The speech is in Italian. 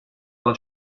alla